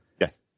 Yes